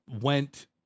went